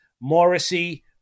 Morrissey